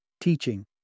teaching